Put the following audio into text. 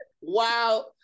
Wow